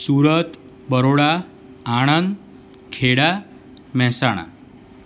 Surat Baroda Anand Kheda Mehsana